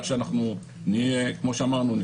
כמו שאמרנו,